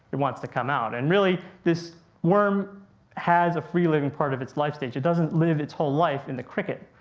it wants to come out. and really this worm has a free living part of its life stage. it doesn't live his whole life in the cricket.